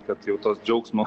kad jau tos džiaugsmo